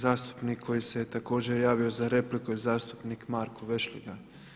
Zastupnik koji se također javio za repliku je zastupnik Marko Vešligaj.